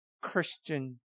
Christian